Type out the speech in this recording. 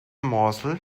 morsel